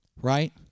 Right